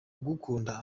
ugukunda